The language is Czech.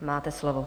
Máte slovo.